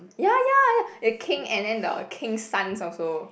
ya ya ya the king and then the king sons also